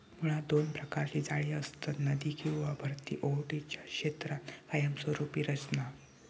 मुळात दोन प्रकारची जाळी असतत, नदी किंवा भरती ओहोटीच्या क्षेत्रात कायमस्वरूपी रचना